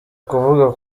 kuvuga